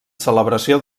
celebració